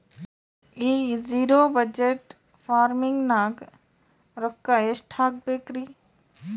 ಈ zero budget farming ನಾಗ್ ರೊಕ್ಕ ಎಷ್ಟು ಹಾಕಬೇಕರಿ?